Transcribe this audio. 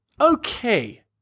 okay